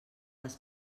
les